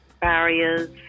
barriers